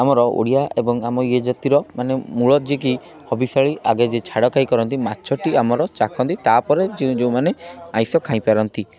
ଆମର ଓଡ଼ିଆ ଏବଂ ଆମ ଇଏ ଜାତିର ମାନେ ମୂଳ ଯେକି ହବିଶାଳୀ ଆଗେ ଯିଏ ଛାଡ଼ ଖାଇ କରନ୍ତି ମାଛଟି ଆମର ଚାଖନ୍ତି ତାପରେ ଯେ ଯେଉଁମାନେ ଆଇଁଷ ଖାଇପାରନ୍ତି